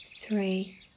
three